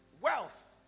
Wealth